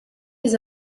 les